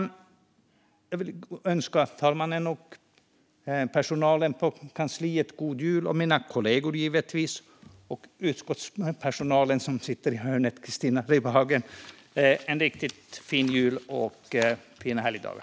Jag vill önska talmannen, utskottskansliets personal - Christina Ribbhagen sitter i hörnet av kammaren - och givetvis mina kollegor en riktigt god jul och fina helgdagar.